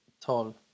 tall